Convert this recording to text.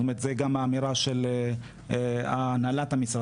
זאת גם האמירה של הנהלת המשרד.